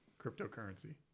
cryptocurrency